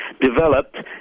developed